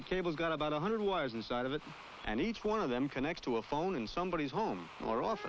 cable got about a hundred wires inside of it and each one of them connect to a phone in somebody's home or off